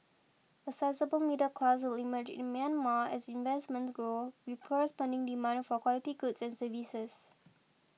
a sizeable middle class will emerge in Myanmar as investments grow with corresponding demand for quality goods and services